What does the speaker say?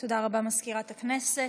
תודה רבה, מזכירת הכנסת.